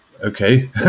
okay